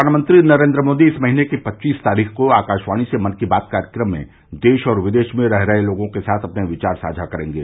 प्रधानमंत्री नरेन्द्र मोदी इस महीने की पच्चीस तारीख को आकारवाणी से मन की बात कार्यक्रम में देश और विदेश में रह रहे लोगों के साथ अपने विचार साझा करेंगे